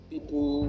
People